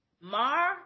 Mar